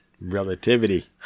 Relativity